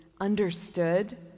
understood